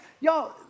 y'all